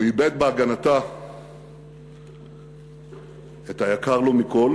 הוא איבד בהגנתה את היקר לו מכול,